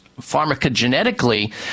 pharmacogenetically